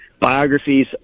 biographies